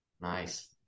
Nice